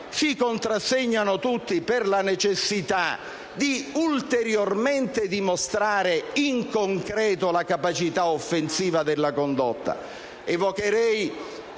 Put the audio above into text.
si contrassegnano tutti per la necessità di dimostrare ulteriormente in concreto la capacità offensiva della condotta.